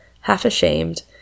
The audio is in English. half-ashamed